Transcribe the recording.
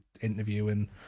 interviewing